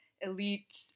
elite